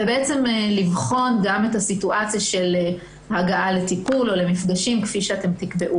בעצם לבחון גם את הסיטואציה של הגעה לטיפול או למפגשים כפי שיקבע.